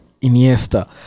Iniesta